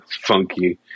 funky